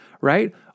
right